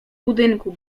budynku